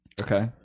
Okay